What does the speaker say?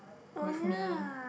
with me